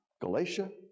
Galatia